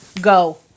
Go